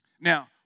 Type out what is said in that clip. Now